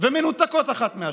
ומנותקות האחת מהשנייה,